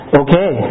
okay